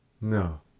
No